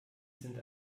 sind